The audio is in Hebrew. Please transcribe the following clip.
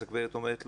אז הגברת אומרת,